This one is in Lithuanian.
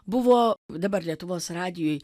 buvo dabar lietuvos radijuj